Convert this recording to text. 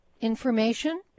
information